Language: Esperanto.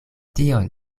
tion